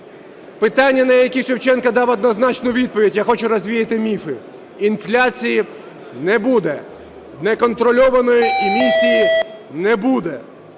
Питання, на які Шевченко дав однозначну відповідь, я хочу розвіяти міфи: інфляції не буде, неконтрольованої емісії не буде,